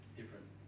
different